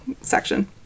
section